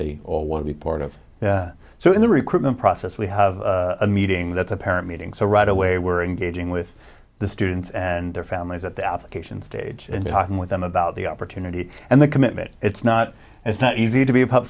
they all want to be part of so in the recruitment process we have a meeting that's a parent meeting so right away we're engaging with the students and their families at the application stage and talking with them about the opportunity and the commitment it's not it's not easy to be